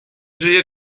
żyje